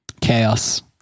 Chaos